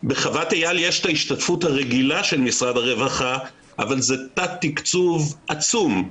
בחוות אייל יש את ההשתתפות הרגילה של משרד הרווחה אבל זה תת-תקצוב עצום.